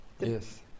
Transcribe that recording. Yes